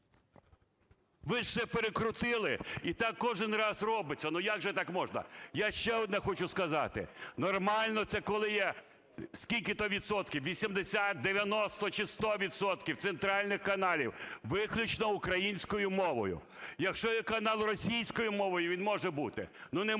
Ви ж все перекрутили. І так кожен раз робиться. Ну, як же так можна! Я ще одне хочу сказати: нормально – це коли є стільки-то відсотків: 80, 90 чи 100 відсотків центральних каналів виключно українською мовою. Якщо є канал російською мовою, він може бути, но не може